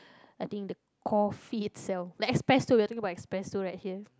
I think the coffee itself like espresso we're talking about espresso right here